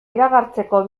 iragartzeko